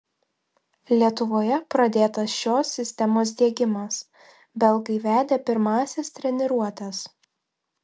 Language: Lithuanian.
lietuvoje pradėtas šios sistemos diegimas belgai vedė pirmąsias treniruotes